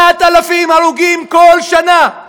8,000 הרוגים כל שנה.